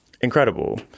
Incredible